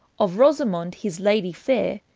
of rosamond, his lady faire,